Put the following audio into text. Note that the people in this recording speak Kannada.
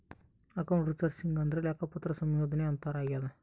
ಅಕೌಂಟ್ ರಿಸರ್ಚಿಂಗ್ ಅಂದ್ರೆ ಲೆಕ್ಕಪತ್ರ ಸಂಶೋಧನೆ ಅಂತಾರ ಆಗ್ಯದ